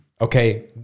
okay